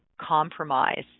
compromise